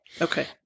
Okay